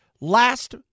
Last